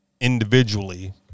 individually